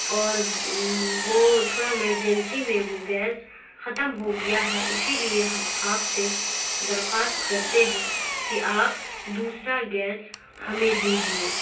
اور وہ تھوڑا ایمرجنسی میں وہ گیس ختم ہو گیا ہے اسی لیے ہم آپ سے درخواست کرتے ہیں کہ آپ دوسرا گیس ہمیں دیجیے